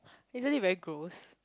isn't it very gross